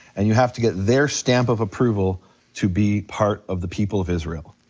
and you have to get their stamp of approval to be part of the people of israel.